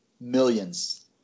Millions